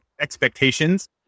expectations